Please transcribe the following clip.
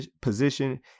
position